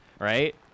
right